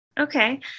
okay